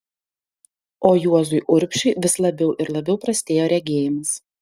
o juozui urbšiui vis labiau ir labiau prastėjo regėjimas